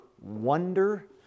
wonder